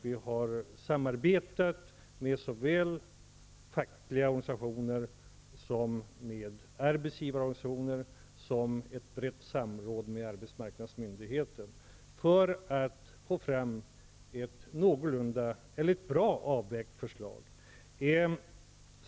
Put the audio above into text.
Vi har samarbetat såväl med fackliga organisationer som med arbetsgivarorganisationer och har haft ett brett samråd med arbetsmarknadsmyndigheter för att få fram ett bra avvägt förslag.